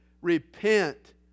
Repent